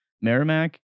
Merrimack